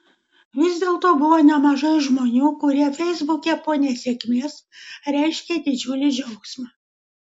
vis dėlto buvo nemažai žmonių kurie feisbuke po nesėkmės reiškė didžiulį džiaugsmą